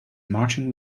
marching